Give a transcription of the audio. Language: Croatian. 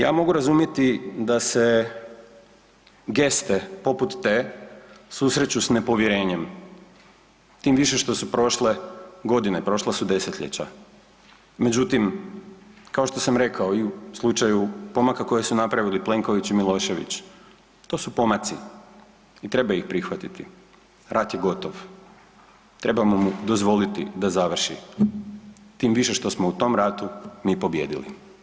Ja mogu razumjeti da se geste poput te susreću s nepovjerenjem, tim više što su prošle godine, prošla su desetljeća, međutim kao što sam rekao i u slučaju pomaka koje su napravili Plenković i Milošević, to su pomaci i treba ih prihvatiti, rat je gotov, trebamo mu dozvoliti da završi, tim više što smo u tom ratu mi pobijedili.